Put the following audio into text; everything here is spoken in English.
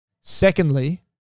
Secondly